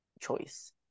choice